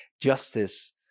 justice